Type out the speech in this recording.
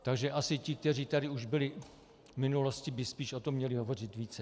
Takže asi ti, kteří tady už byli v minulosti, by spíš o tom měli hovořit více.